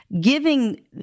giving